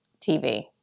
TV